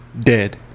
dead